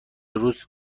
روز